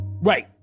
right